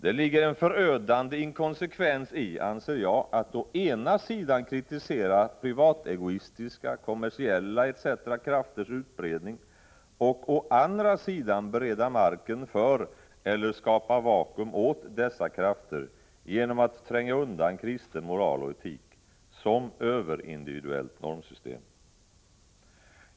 Det ligger en förödande inkonsekvens i, anser jag, att å ena sidan kritisera privategoistiska, kommersiella och dylika krafters utbredning och å andra sidan bereda marken för eller skapa vakuum åt dessa krafter genom att tränga undan kristen moral och etik som överindividuellt normsystem.